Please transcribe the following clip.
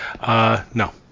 No